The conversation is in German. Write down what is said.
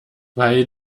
weil